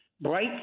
Bright